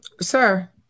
sir